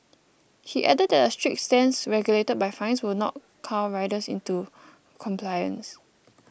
he added that a strict stance regulated by fines will not cow riders into compliance